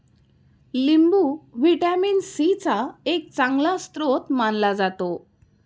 लिंबू vitamin C चा एक चांगला स्रोत मानला जातो